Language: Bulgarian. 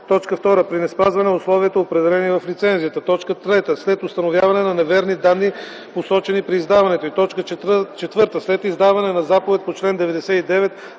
закона; 2. при неспазване на условията, определени в лицензията; 3. след установяване на неверни данни, посочени при издаването й; 4. след издаване на заповед по чл. 99